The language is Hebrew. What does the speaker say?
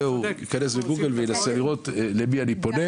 הוא ייכנס לגוגל וינסה לראות למי הוא פונה.